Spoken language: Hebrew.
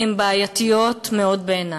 הן בעייתיות מאוד בעיני.